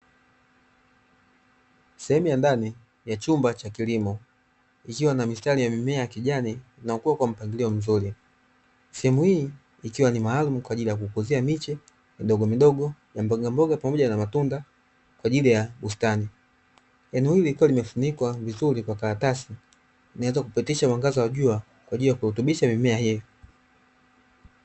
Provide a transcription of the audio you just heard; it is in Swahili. Sehemu ya ndani ya chumba cha kilimo ikiwa na mistari ya mimea ya kijani na hukua kwa mpangilio mzuri. Sehemu hii ikiwa ni maalum kwa ajili ya kukuzia miche midogo midogo ya mboga mboga, pamoja na matunda kwa ajili ya bustani. Eneo hili lilikuwa limefunikwa vizuri kwa karatasi linaweza kupitisha mwangaza wa jua kwa ajili ya kurutubisha mimea hiyo.